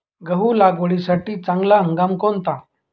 गहू लागवडीसाठी चांगला हंगाम कोणता?